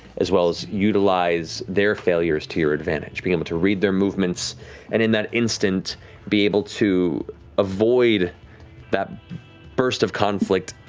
as well as utilize their failures to your advantage. being able to read their movements, and in that instant be able to avoid that burst of conflict,